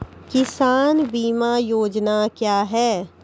किसान बीमा योजना क्या हैं?